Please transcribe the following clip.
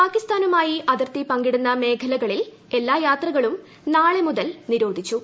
പാകിസ്ഥാനുമായി അതിർത്തി ് പങ്കിടുന്ന മേഖലകളിൽ എല്ലാ യാത്രകളും നാളെ മുതൽ നിരോധിച്ചു